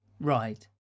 Right